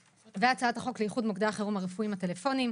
והצעת החוק לאיחוד מוקדי החירום הרפואיים הטלפוניים,